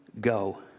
go